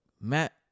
Matt